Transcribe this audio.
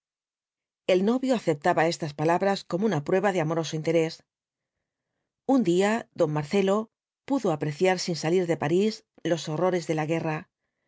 el novio aceptaba estas palabras como una prueba de amoroso interés un día don marcelo pudo apreciar sin salir de parís los horrores de la guerra